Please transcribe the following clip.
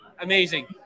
amazing